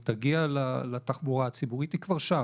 תגיע לתחבורה הציבורית היא כבר שם.